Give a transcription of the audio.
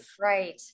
Right